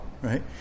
right